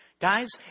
Guys